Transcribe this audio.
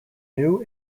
new